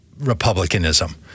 Republicanism